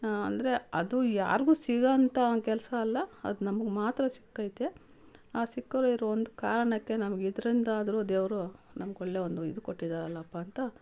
ಅಂದರೆ ಅದು ಯಾರಿಗೂ ಸಿಗೋಂಥ ಕೆಲಸ ಅಲ್ಲ ಅದು ನಮ್ಗೆ ಮಾತ್ರ ಸಿಕ್ಕೈತೆ ಆ ಸಿಕ್ಕರು ಇರು ಒಂದು ಕಾರಣಕ್ಕೆ ನಮ್ಗೆ ಇದರಿಂದಾದ್ರೂ ದೇವರು ನಮ್ಗೆ ಒಳ್ಳೆ ಒಂದು ಇದು ಕೊಟ್ಟಿದಾರಲ್ಲಪ್ಪ ಅಂತ